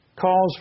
Calls